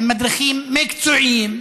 שהם מדריכים מקצועיים,